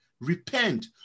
Repent